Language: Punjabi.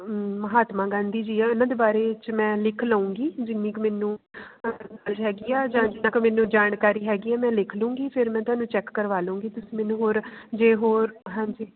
ਮਹਾਤਮਾ ਗਾਂਧੀ ਜੀ ਆ ਇਹਨਾਂ ਦੇ ਬਾਰੇ 'ਚ ਮੈਂ ਲਿਖ ਲਉਗੀ ਜਿੰਨੀ ਕੁ ਮੈਨੂੰ ਹੈਗੀ ਆ ਜਾਂ ਜਿੱਦਾਂ ਕਿ ਮੈਨੂੰ ਜਾਣਕਾਰੀ ਹੈਗੀ ਆ ਮੈਂ ਲਿਖ ਲਊਂਗੀ ਫਿਰ ਮੈਂ ਤੁਹਾਨੂੰ ਚੈੱਕ ਕਰਵਾ ਲਊਂਗੀ ਤੁਸੀਂ ਮੈਨੂੰ ਹੋਰ ਜੇ ਹੋਰ